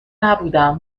نبودم